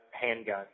handgun